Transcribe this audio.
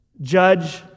judge